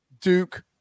Duke